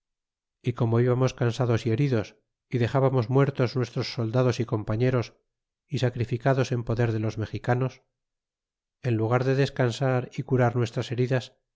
y como íbamos cansados y heridos y de xábarnos muertos nuestros soldados y compañeros y sacrificados en poder de los mexicanos cortés entró en tezeueo en fines de en lugar de descansar y curar nuestras heridas